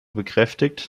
bekräftigt